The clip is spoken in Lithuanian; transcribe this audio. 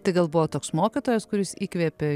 tai gal buvo toks mokytojas kuris įkvėpė